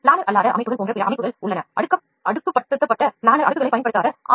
பிளானர்அல்லாதஅமைப்புகள் அடுக்குப் படுத்தப்பட்ட பிளானர் அடுக்குகளைப் பயன்படுத்தாத ஆர்